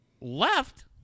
left